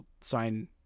sign